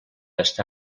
està